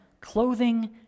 clothing